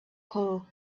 clue